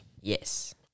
Yes